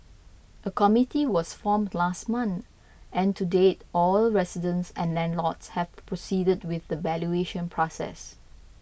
a committee was formed last month and to date all residents and landlords have proceeded with the valuation process